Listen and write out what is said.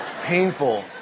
Painful